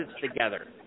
together